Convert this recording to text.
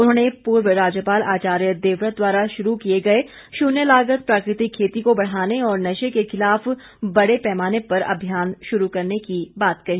उन्होंने पूर्व राज्यपाल आचार्य देवव्रत द्वारा शुरू किए गए शून्य लागत प्राकृतिक खेती को बढ़ाने और नशे के खिलाफ बड़े पैमाने पर अभियान शुरू करने की बात कही